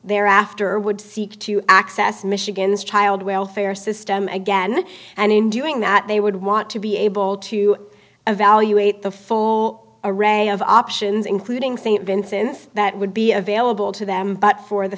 thereafter would seek to access michigan's child welfare system again and in doing that they would want to be able to evaluate the full array of options including st vincent's that would be available to them but for the